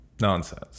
Nonsense